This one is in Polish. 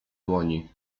dłoni